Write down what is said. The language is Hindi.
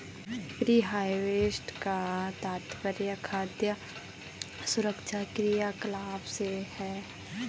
प्री हार्वेस्ट का तात्पर्य खाद्य सुरक्षा क्रियाकलाप से है